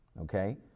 okay